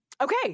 Okay